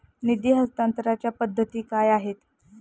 निधी हस्तांतरणाच्या पद्धती काय आहेत?